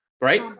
right